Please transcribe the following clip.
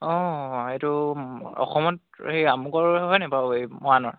অঁ এইটো অসমত সেই আমুকৰ হয় নাই বাৰু এই মৰাণৰ